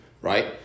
Right